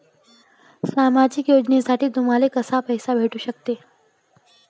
सामाजिक योजनेतून तुम्हाले कसा पैसा भेटू सकते?